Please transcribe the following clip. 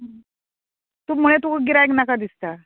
तूं म्हळें तुका गिरायक नाका दिसता